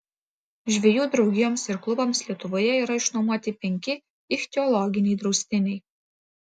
žvejų draugijoms ir klubams lietuvoje yra išnuomoti penki ichtiologiniai draustiniai